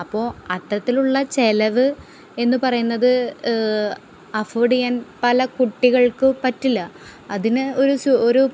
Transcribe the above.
അപ്പോള് അത്തരത്തിലൊള്ള ചെലവ് എന്ന് പറയുന്നത് അഫോർഡ് ചെയ്യാൻ പല കുട്ടികൾക്കു പറ്റില്ല അതിന് ഒരു ഒരു